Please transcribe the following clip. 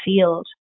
field